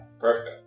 perfect